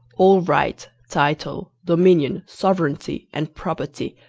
all right, title, dominion, sovereignty, and property,